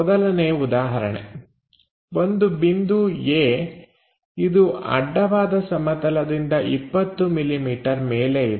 ಮೊದಲನೇ ಉದಾಹರಣೆ ಒಂದು ಬಿಂದು A ಇದು ಅಡ್ಡವಾದ ಸಮತಲದಿಂದ 20 ಮಿಲಿಮೀಟರ್ ಮೇಲೆ ಇದೆ